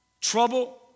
Trouble